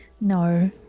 No